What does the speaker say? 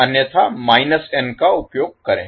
अन्यथा n का उपयोग करें